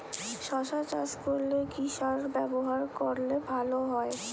শশা চাষ করলে কি সার ব্যবহার করলে ভালো হয়?